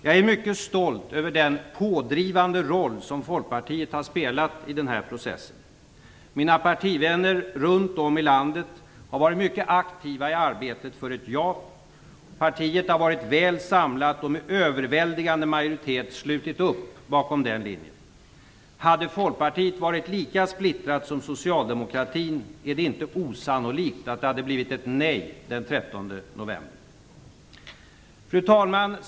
Jag är mycket stolt över den pådrivande roll som Folkpartiet har spelat i den här processen. Mina partivänner runt om i landet har varit mycket aktiva i arbetet för ett ja. Partiet har varit väl samlat och med överväldigande majoritet slutit upp bakom den linjen. Hade Folkpartiet varit lika splittrat som Socialdemokraterna är det inte osannolikt att det hade blivit ett nej den 13 november. Fru talman!